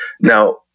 Now